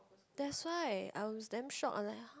that's why I was damn shocked I like